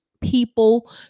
people